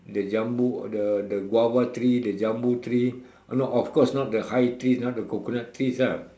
the jambu the the guava tree the jambu tree not of course not the high trees not the coconut trees ah